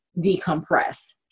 decompress